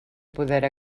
poder